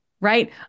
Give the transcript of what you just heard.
Right